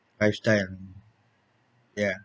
lifestyle ya